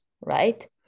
right